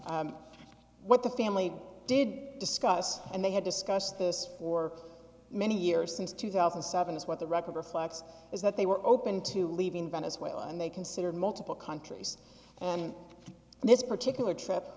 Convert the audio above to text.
t what the family did discuss and they had discussed this for many years since two thousand and seven is what the record reflects is that they were open to leaving venezuela and they considered multiple countries and this particular trip